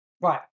Right